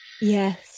yes